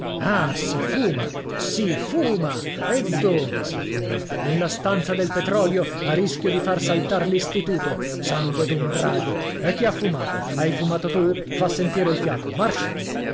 ah si fuma si fuma e dove si fuma nella stanza del petrolio a rischio di far saltar l'istituto sangue d'un drago e chi ha fumato hai fumato tu fa sentire il fiato march